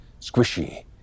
Squishy